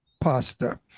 pasta